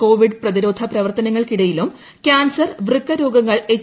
Covid പ്രതിരോധ പ്രവർത്തനങ്ങൾക്കിടയിലും cancer വൃക്ക രോഗങ്ങൾ എച്ച്